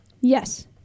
Yes